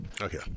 okay